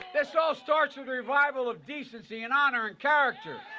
this all starts with the revival of decency, and honor and character.